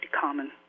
common